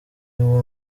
uwo